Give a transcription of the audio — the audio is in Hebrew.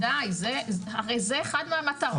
בוודאי, הרי זה אחד מהמטרות.